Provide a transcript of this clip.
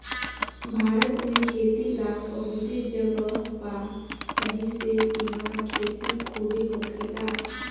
भारत में खेती ला बहुते जगह बा एहिसे इहवा खेती खुबे होखेला